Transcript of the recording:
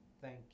thank